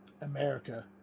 America